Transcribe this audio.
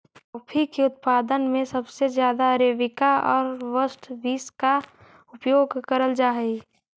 coffee के उत्पादन में सबसे ज्यादा अरेबिका और रॉबस्टा बींस का उपयोग करल जा हई